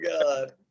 God